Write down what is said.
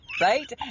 right